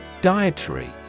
Dietary